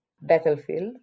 battlefield